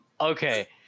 okay